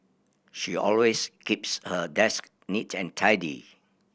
she always keeps her desk neat and tidy